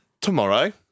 tomorrow